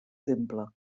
temple